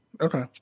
Okay